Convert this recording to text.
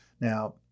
Now